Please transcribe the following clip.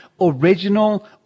original